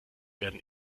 werden